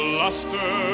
luster